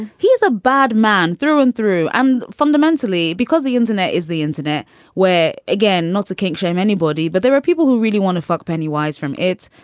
he is a bad man through and through. and fundamentally because the internet is the internet way again, not a kink. shame anybody. but there are people who really want to fuck penny wise from its.